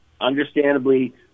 Understandably